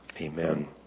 Amen